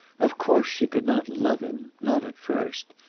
of course she could not love him not at first.